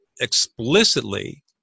explicitly